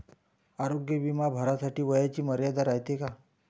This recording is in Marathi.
आरोग्य बिमा भरासाठी वयाची मर्यादा रायते काय?